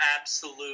absolute